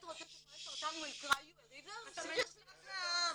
רוצה שחולי סרטן -- אתה מנותק מהעולם.